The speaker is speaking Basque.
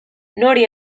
nori